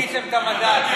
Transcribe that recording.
אתם שיניתם את המדד.